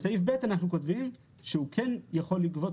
בסעיף (ב) אנחנו כותבים שהבנק כן יכול לגבות